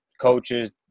coaches